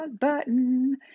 button